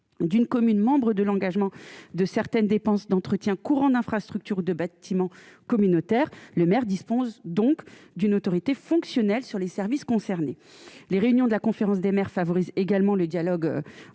d'une commune, membre de l'engagement de certaines dépenses d'entretien courant d'infrastructures de bâtiments communautaires le maire dispose donc d'une autorité fonctionnelle sur les services concernés les réunions de la conférence des maires favorise également le dialogue entre